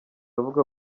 avuga